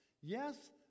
yes